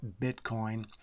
Bitcoin